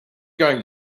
going